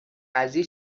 قضیه